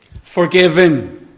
forgiven